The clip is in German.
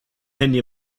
handy